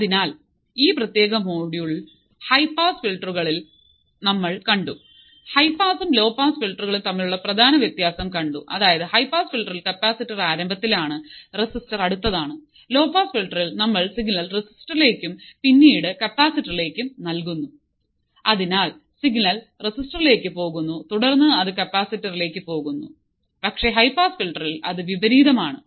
അതിനാൽ ഈ പ്രത്യേക മൊഡ്യൂൾ ഹൈ പാസ് ഫിൽട്ടറുകളിൽ ഞങ്ങൾ കണ്ടു ഹൈ പാസും ലോ പാസ് ഫിൽട്ടറുകളും തമ്മിലുള്ള പ്രധാന വ്യത്യാസം കണ്ടു അതായത് ഹൈ പാസ് ഫിൽട്ടറിൽ കപ്പാസിറ്റർ ആരംഭത്തിലാണ് റെസിസ്റ്റർ അടുത്തതാണ് ലോ പാസ് ഫിൽട്ടറിൽ നമ്മൾ സിഗ്നൽ റെസിസ്റ്ററിലേക്കും പിന്നീട് കപ്പാസിറ്ററിലേക്കും നൽകുന്നു അതിനാൽ സിഗ്നൽ റെസിസ്റ്ററിലേക്ക് പോകുന്നു തുടർന്ന് അത് കപ്പാസിറ്ററിലേക്ക് പോകുന്നു പക്ഷേ ഹൈ പാസ് ഫിൽട്ടറിൽ അത് വിപരീതമാണ്